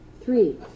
Three